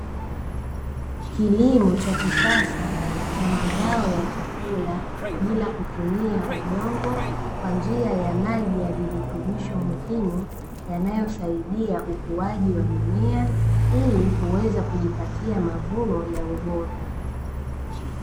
Kilimo cha kisasa cha mazao ya chakula bila kutumia udongo, kwa njia ya maji ya virutubisho muhimu yanayosaidia ukuaji wa mimea ili kuweza kujipatia mavuno ya ubora.